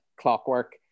clockwork